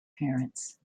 parents